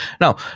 now